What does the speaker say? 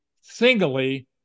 singly